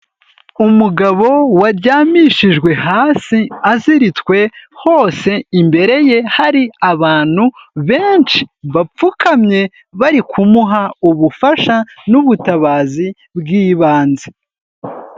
Umugabo waryamishijwe hasi aziritswe hose imbere ye hari abantu benshi bapfukamye bari kumuha ubufasha n'ubutabazi bw'ibanze.